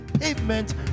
pavement